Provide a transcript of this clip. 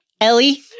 Ellie